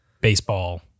Baseball